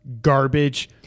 garbage